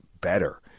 better